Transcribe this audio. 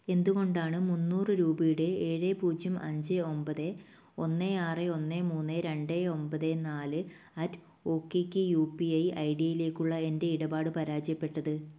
എന്തുകൊണ്ടാണ് മുന്നൂറ് രൂപയുടെ ഏഴ് പൂജ്യം അഞ്ച് ഒമ്പത് ഒന്ന് ആറ് ഒന്ന് മൂന്ന് രണ്ട് ഒമ്പത് നാല് at O K K U P I I ഡിയിലേക്കുള്ള എൻ്റെ ഇടപാട് പരാജയപ്പെട്ടത്